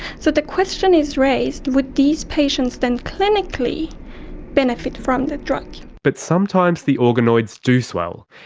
so the question is raised would these patients then clinically benefit from the drug. but sometimes the organoids do swell,